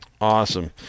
awesome